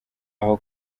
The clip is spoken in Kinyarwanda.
aho